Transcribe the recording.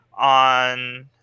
on